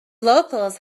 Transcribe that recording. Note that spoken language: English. locals